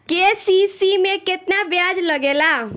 KCC में केतना ब्याज लगेला?